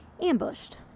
ambushed